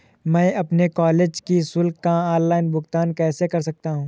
मैं अपने कॉलेज की शुल्क का ऑनलाइन भुगतान कैसे कर सकता हूँ?